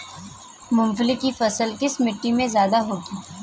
मूंगफली की फसल किस मिट्टी में ज्यादा होगी?